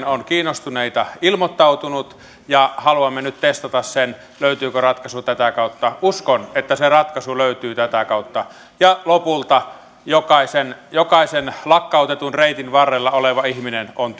on kiinnostuneita ilmoittautunut ja haluamme nyt testata sen löytyykö ratkaisu tätä kautta uskon että se ratkaisu löytyy tätä kautta ja lopulta jokaisen jokaisen lakkautetun reitin varrella oleva ihminen on